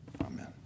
Amen